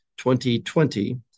2020